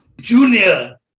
Junior